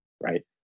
right